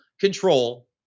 control